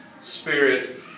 spirit